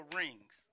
rings